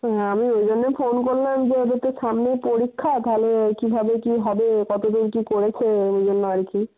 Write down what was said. হ্যাঁ আমি ওই জন্যই ফোন করলাম যে ওদের তো সামনেই পরীক্ষা তাহলে কীভাবে কী হবে কতদূর কী করেছে ওই জন্য আর কি